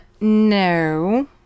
no